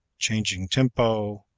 changing tempo,